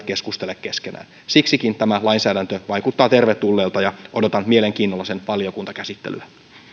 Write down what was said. keskustele keskenään siksikin tämä lainsäädäntö vaikuttaa tervetulleelta ja odotan mielenkiinnolla sen valiokuntakäsittelyä